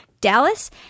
Dallas